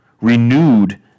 renewed